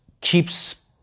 Keeps